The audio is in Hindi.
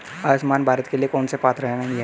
आयुष्मान भारत के लिए कौन पात्र नहीं है?